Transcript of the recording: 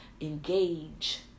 engage